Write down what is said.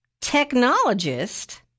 technologist